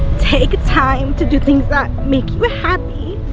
take time to do things that make you ah happy.